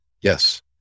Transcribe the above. Yes